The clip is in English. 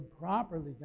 properly